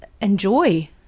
enjoy